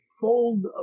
fold